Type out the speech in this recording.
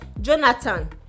jonathan